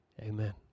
amen